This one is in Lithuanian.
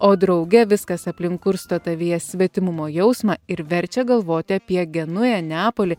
o drauge viskas aplink kursto tavyje svetimumo jausmą ir verčia galvoti apie genują neapolį